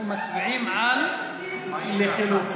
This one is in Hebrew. אנחנו מצביעים על הלחלופין.